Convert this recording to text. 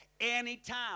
anytime